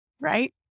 right